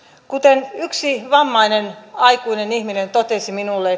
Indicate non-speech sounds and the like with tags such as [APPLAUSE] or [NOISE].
kuten yksi vammainen aikuinen ihminen totesi minulle [UNINTELLIGIBLE]